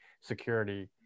security